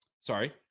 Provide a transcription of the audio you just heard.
Sorry